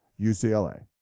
UCLA